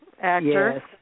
actor